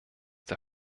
der